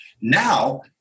now